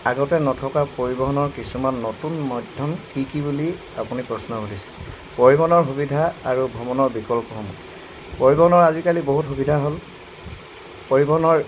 আগতে নথকা পৰিবহণৰ কিছুমান নতুন মাধ্যম কি কি বুলি আপুনি প্ৰশ্ন সুধিছে পৰিবহণৰ সুবিধা আৰু ভ্ৰমণৰ বিকল্পসমূহ পৰিবহণৰ আজিকালি বহুত সুবিধা হ'ল পৰিবহণৰ